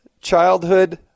childhood